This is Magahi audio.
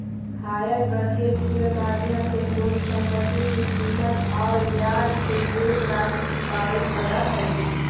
हायर पर्चेज के माध्यम से कोई संपत्ति के कीमत औउर ब्याज के शेष राशि चुकावे पड़ऽ हई